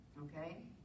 okay